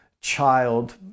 child